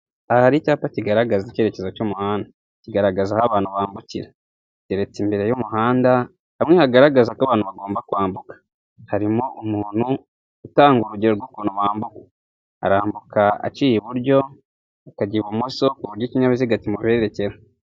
Aha hariri icyapa kigaragaza icyerekezo cy'umuhanda, kigaragaza aho abantu bambukira giteretse imbere y'umuhanda hamwe hagaragaza ko abantu bagomba kwambuka, harimo umuntu utanga urugero rw'ukuntu bambuka, arambuka aciye iburyo ukajya ibumoso ku buryo ikinyabiziga kimwerekera.